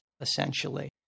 essentially